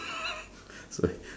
so